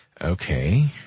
Okay